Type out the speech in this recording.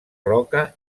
roca